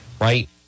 right